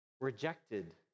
rejected